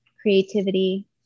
creativity